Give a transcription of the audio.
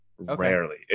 rarely